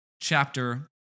chapter